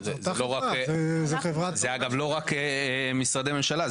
זה אגב לא רק משרדי ממשלה,